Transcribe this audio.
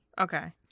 Okay